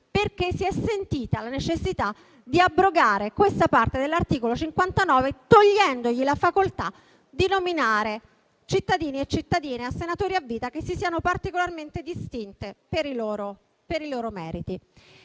perché si sia sentita la necessità di abrogare questa parte dell'articolo 59, togliendogli la facoltà di nominare senatori a vita cittadini e cittadine che si siano particolarmente distinti per i loro meriti.